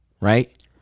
right